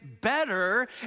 better